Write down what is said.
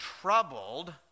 troubled